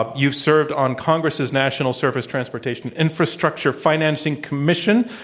ah you served on congress's national surface transportation infrastructure financing commission.